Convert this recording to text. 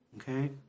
okay